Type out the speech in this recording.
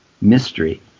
mystery